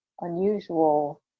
unusual